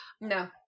No